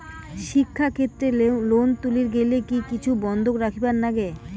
শিক্ষাক্ষেত্রে লোন তুলির গেলে কি কিছু বন্ধক রাখিবার লাগে?